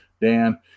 Dan